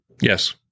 Yes